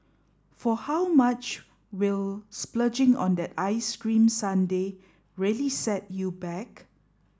for how much will splurging on that ice cream sundae really set you back